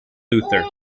luthor